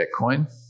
Bitcoin